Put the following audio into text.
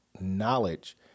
knowledge